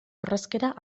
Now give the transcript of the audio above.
orrazkera